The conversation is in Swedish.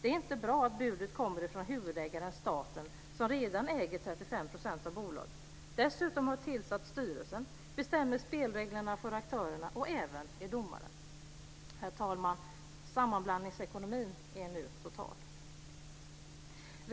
Det är inte bra att budet kommer från huvudägaren staten som redan äger 35 % av bolaget, som dessutom har tillsatt styrelsen, som bestämmer spelreglerna för aktörerna och som även är domare. Herr talman! Sammanblandningsekonomin är nu total.